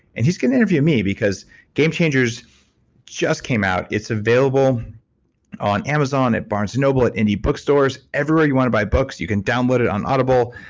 and he's going to interview me because game changers just came out. it's available on amazon, at barnes and noble at any book stores. everywhere you want to buy books. you can download it on audible.